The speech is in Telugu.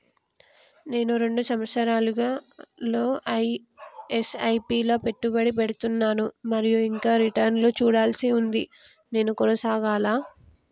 నేను రెండు సంవత్సరాలుగా ల ఎస్.ఐ.పి లా పెట్టుబడి పెడుతున్నాను మరియు ఇంకా రిటర్న్ లు చూడాల్సి ఉంది నేను కొనసాగాలా?